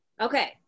Okay